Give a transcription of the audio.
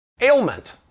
ailment